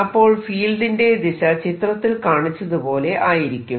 അപ്പോൾ ഫീൽഡിന്റെ ദിശ ചിത്രത്തിൽ കാണിച്ചതുപോലെ ആയിരിക്കും